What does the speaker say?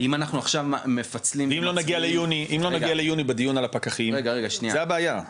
אני אסביר את זה בפשטות,